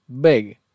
big